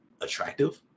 attractive